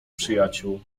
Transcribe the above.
przyjaciół